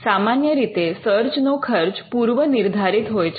સામાન્ય રીતે સર્ચ નો ખર્ચ પૂર્વ નિર્ધારિત હોય છે